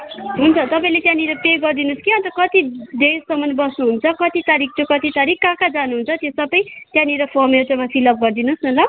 हुन्छ तपाईँले त्यहाँनिर पे गरिदिनुहोस् कि अन्त कति डेज्सम्म बस्नुहुन्छ कति तारिख टु कति तारिख कहाँ कहाँ जानुहुन्छ त्यहाँनिर फर्म एउटामा फिलअप गरिदिनुहोस् न ल